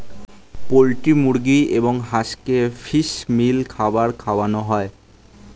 poultry মুরগি এবং হাঁসকে ফিশ মিল খাবার খাওয়ানো হয়